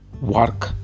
work